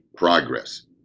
progress